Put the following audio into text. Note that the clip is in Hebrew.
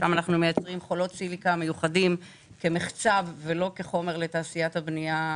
שם אנחנו מייצרים חולות סיליקה מיוחדים כמחצב ולא כחומר לתעשיית הבנייה,